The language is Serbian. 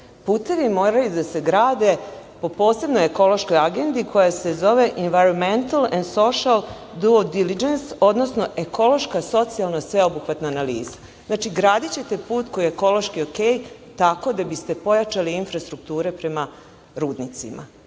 Putevi moraju da se grade po posebnoj ekološkoj agendi koja se zove environmental and social due diligence, odnosno ekološka socijalna sveobuhvatna analiza. Znači, gradićete put koji je ekološki okej tako da biste pojačali infrastrukture prema rudnicima.